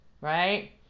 right